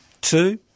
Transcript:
Two